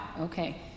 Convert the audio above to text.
Okay